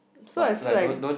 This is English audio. so I feel like